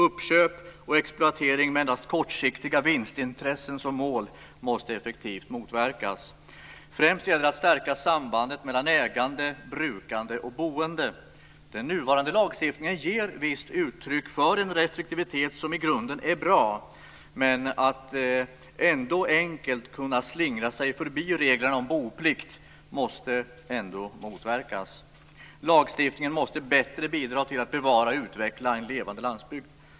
Uppköp och exploatering med endast kortsiktiga vinstintressen som mål måste effektivt motverkas. Främst gäller det att stärka sambandet mellan ägande, brukande och boende. Den nuvarande lagstiftningen ger visst uttryck för en restriktivitet som i grunden är bra, men att enkelt kunna slingra sig förbi reglerna om boplikt måste ändå motverkas. Lagstiftningen måste bättre bidra till att bevara och utveckla en levande landsbygd.